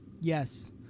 Yes